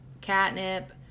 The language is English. catnip